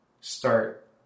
start